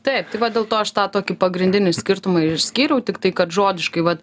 taip tai va dėl to aš tą tokį pagrindinį skirtumą ir išskyriau tiktai kad žodiškai vat